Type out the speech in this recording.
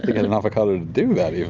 get an avocado to do that,